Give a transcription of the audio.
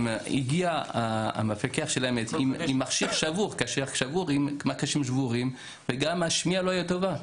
הגיע המפקח שלהם עם מכשיר עם מקשים שבורים וגם השמיעה לא הייתה טובה.